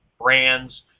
brands